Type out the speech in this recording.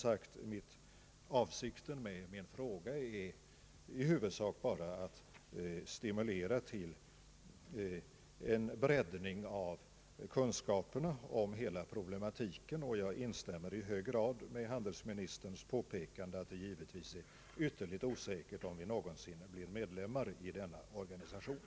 Men avsikten med min fråga var som sagt i huvudsak bara att stimulera till en breddning av kunskaperna om hela problematiken. Jag instämmer i hög grad i handelsministerns påpekande, att det givetvis är ytterst osäkert om vi någonsin blir medlemmar i denna organisation.